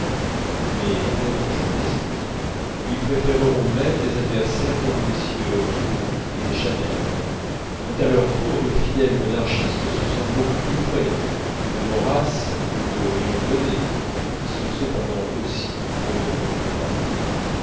mais un autre genre d'esprit lui préfèreront même des adversaires comme mm ribot et deschanel dont à leur tour de fidèles monarchistes se sentent beaucoup plus près que de maurras et de léon daudet qui souhaitent cependant aussi le retour du roi